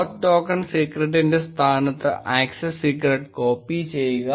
oauth token സീക്രട്ടിന്റെ സ്ഥാനത്ത് access secret copy ചെയ്യുക